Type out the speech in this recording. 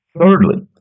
Thirdly